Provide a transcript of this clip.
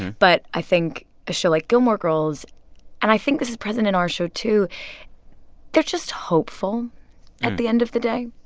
but i think a show like gilmore girls and i think this is present in our show, too they're just hopeful at the end of the day.